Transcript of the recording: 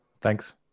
Thanks